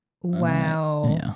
Wow